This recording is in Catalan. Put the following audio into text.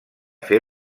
fer